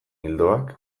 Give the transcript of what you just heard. ildoak